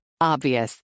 Obvious